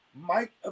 Mike